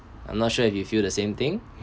I'm not sure if you feel the same thing